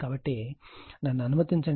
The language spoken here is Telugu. కాబట్టి నన్ను అనుమతించండి